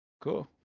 cool